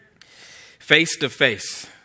Face-to-face